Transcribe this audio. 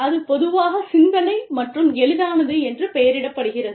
அது பொதுவாகச் சிந்தனை மற்றும் எளிதானது என்று பெயரிடப்படுகிறது